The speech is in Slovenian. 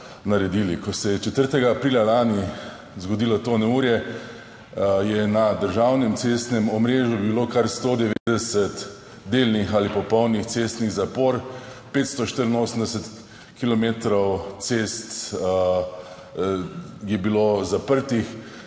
Ko se je 4. aprila lani zgodilo to neurje, je na državnem cestnem omrežju bilo kar 190 delnih ali popolnih cestnih zapor, 584 kilometrov